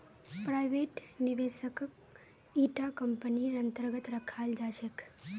private निवेशकक इटा कम्पनीर अन्तर्गत रखाल जा छेक